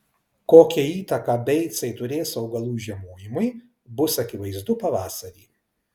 kokią įtaką beicai turės augalų žiemojimui bus akivaizdu pavasarį